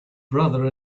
brother